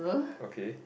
okay